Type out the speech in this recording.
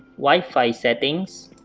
wifi settings